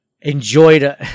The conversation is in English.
enjoyed